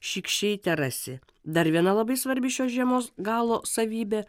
šykščiai terasi dar viena labai svarbi šios žiemos galo savybė